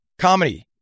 Comedy